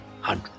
hundred